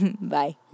Bye